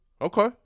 Okay